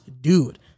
dude